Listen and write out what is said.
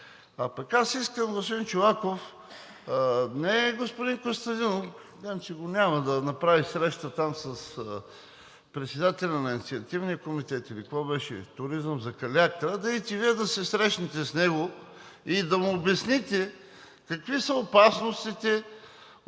А пък аз искам, господин Чолаков, не е господин Костадинов – виждам, че го няма да направи среща с председателя на инициативния комитет или какво беше – „Туризъм за Калиакра“, да идете Вие да се срещнете с него и да му обясните какви са опасностите